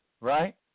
right